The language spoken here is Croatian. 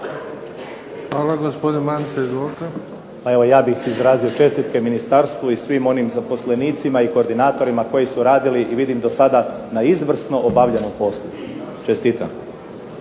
Hvala. Gospodin Mance, izvolite. **Mance, Anton (HDZ)** Ja bih izrazio čestitke ministarstvu i svim onim zaposlenicima i koordinatorima koji su radili i vidim do sada na izvrsno obavljenom poslu. Čestitam.